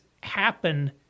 happen